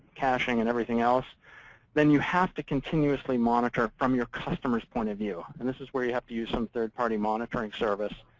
caching, and everything else then you have to continuously monitor from your customer's point of view. and this is where you have to use some third-party monitoring service,